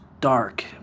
dark